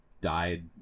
died